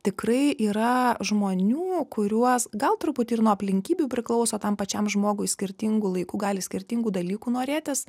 tikrai yra žmonių kuriuos gal truputį ir nuo aplinkybių priklauso tam pačiam žmogui skirtingu laiku gali skirtingų dalykų norėtis